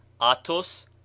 atos